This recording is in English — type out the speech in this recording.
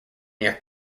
near